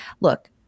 Look